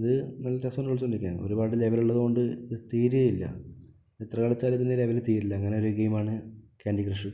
ഇത് രസത്തിൽ കളിച്ചോണ്ടിരിക്കയാണ് ഒരുപാട് ലെവലുള്ളത് കൊണ്ട് തീരേയില്ല എത്ര കളിച്ചാലും ഇതിൻറെ ലെവല് തീരില്ല അങ്ങനെയുള്ളൊരു ഗെയിമാണ് കാൻഡി ക്രഷ്